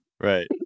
right